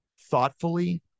thoughtfully